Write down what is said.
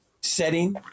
setting